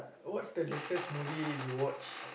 what's the latest movie you watched